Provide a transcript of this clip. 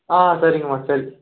ஆ சரிங்கம்மா சரி